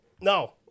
No